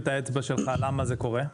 למה זה קורה?